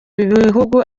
bihugu